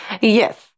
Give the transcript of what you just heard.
Yes